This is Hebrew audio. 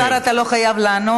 השר, אתה לא חייב לענות.